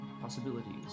possibilities